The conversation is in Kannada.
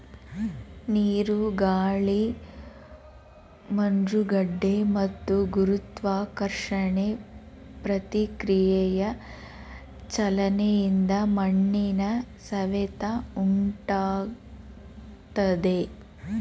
ನೀರು ಗಾಳಿ ಮಂಜುಗಡ್ಡೆ ಮತ್ತು ಗುರುತ್ವಾಕರ್ಷಣೆ ಪ್ರತಿಕ್ರಿಯೆಯ ಚಲನೆಯಿಂದ ಮಣ್ಣಿನ ಸವೆತ ಉಂಟಾಗ್ತದೆ